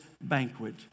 banquet